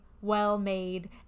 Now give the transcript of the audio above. well-made